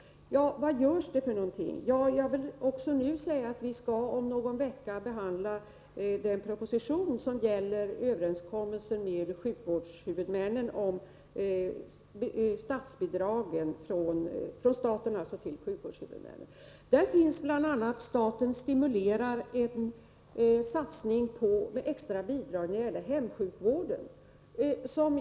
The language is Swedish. Vad kommer då att ske? Ja, om någon vecka skall vi behandla den proposition som gäller överenskommelser om statsbidrag till sjukvårdshuvudmännen. Staten gör en satsning i form av extra bidrag till hemsjukvården.